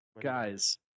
Guys